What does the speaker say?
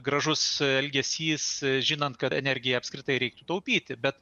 gražus elgesys žinant kad energiją apskritai reiktų taupyti bet